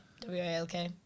W-A-L-K